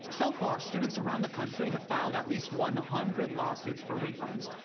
so far, students around the country have filed at least one hundred lawsuits for refunds.